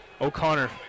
O'Connor